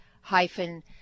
hyphen